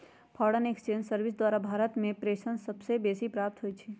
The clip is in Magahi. फॉरेन एक्सचेंज सर्विस द्वारा भारत में प्रेषण सबसे बेसी प्राप्त होई छै